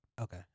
okay